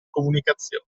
comunicazione